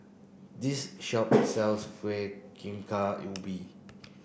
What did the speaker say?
this shop sells Kueh Bingka Ubi